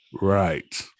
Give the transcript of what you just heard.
Right